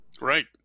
Right